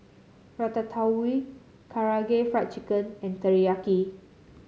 Ratatouille Karaage Fried Chicken and Teriyaki